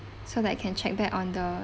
so that I can check back on the